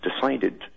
decided